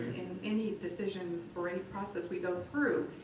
in any decision or any process we go through.